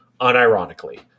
Unironically